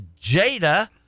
Jada